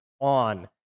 on